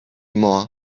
more